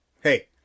hey